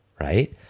right